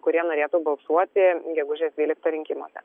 kurie norėtų balsuoti gegužės dvyliktą rinkimuose